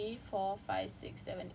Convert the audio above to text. one two